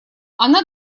она